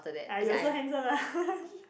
ya you also handsome lah